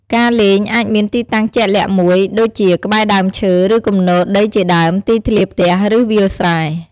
ការលេងអាចមានទីតាំងជាក់លាក់មួយ ដូចជាក្បែរដើមឈើ ឬគំនរដីជាដើម ទីធ្លាផ្ទះ ឬវាលស្រែ។